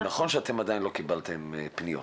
נכון שאתם עדיין לא קיבלתם פניות.